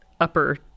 upper